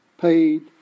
paid